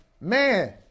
Man